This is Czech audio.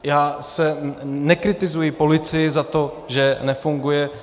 Já nekritizuji policii za to, že nefunguje.